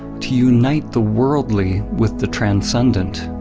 to unite the worldly with the transcendent.